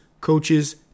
coaches